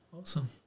Awesome